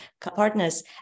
partners